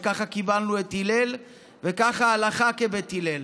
וככה קיבלנו את הלל, וככה הלכה כבית הלל.